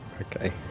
Okay